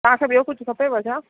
तव्हांखे ॿियो कुझु खपेव छा